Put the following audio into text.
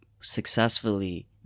successfully